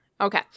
Okay